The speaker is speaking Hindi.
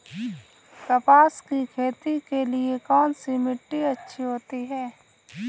कपास की खेती के लिए कौन सी मिट्टी अच्छी होती है?